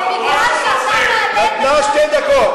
לך לעזה.